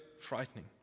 frightening